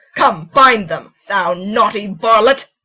come, bind them. thou naughty varlet!